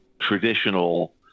traditional